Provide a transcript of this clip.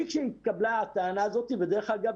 משהתקבלה הטענה הזאת ודרך אגב,